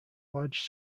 large